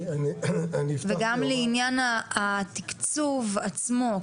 וגם לעניין התקצוב עצמו,